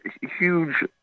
huge